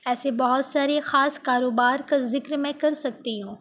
ایسے بہت سارے خاص کاروبار کا ذکر میں کر سکتی ہوں